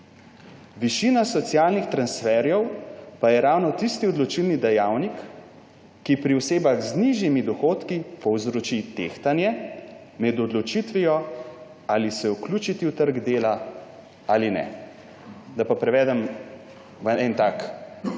»Višina socialnih transferjev pa je ravno tisti odločilni dejavnik, ki pri osebah z nižjimi dohodki povzroči tehtanje med odločitvijo, ali se vključiti v trg dela ali ne.« Da pa preveden v en tak